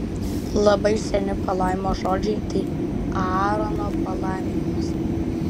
labai seni palaimos žodžiai tai aarono palaiminimas